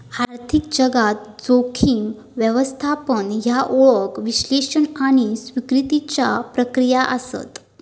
आर्थिक जगात, जोखीम व्यवस्थापन ह्या ओळख, विश्लेषण आणि स्वीकृतीच्या प्रक्रिया आसत